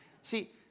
see